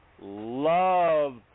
love